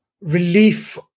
relief